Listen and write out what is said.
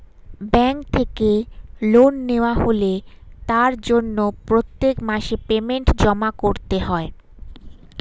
bank থেকে loan নেওয়া হলে তার জন্য প্রত্যেক মাসে পেমেন্ট জমা করতে হয়